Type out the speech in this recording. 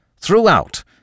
Throughout—